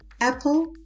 Apple